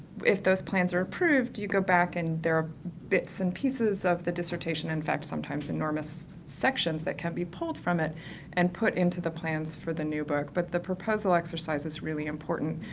if those plans are approved you go back and there are bits and pieces of the dissertation, in fact, sometimes enormous sections that can be pulled from it and put into the plans for the new book, but the proposal exercise is really important,